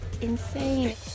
insane